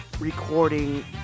recording